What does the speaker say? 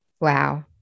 Wow